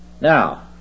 Now